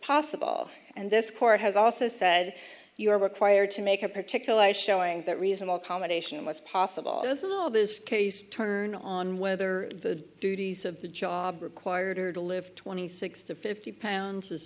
possible and this court has also said you were required to make a particular showing that reasonable accommodation was possible through all this turn on whether the duties of the job required are to live twenty six to fifty pounds was